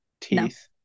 Teeth